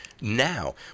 now